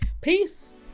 Peace